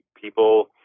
people